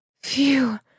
Phew